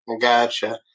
Gotcha